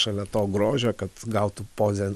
šalia to grožio kad gautų pozen